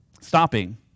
stopping